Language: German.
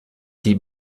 die